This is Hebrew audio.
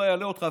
לא אלאה אותך,